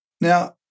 now